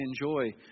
enjoy